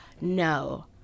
No